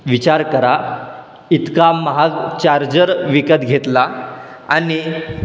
विचार करा इतका महाग चार्जर विकत घेतला आणि